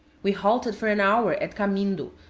we halted for an hour at camindo,